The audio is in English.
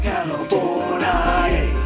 California